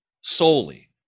solely